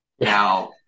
Now